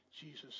Jesus